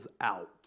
out